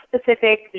specific